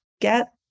get